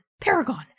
Paragon